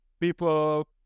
people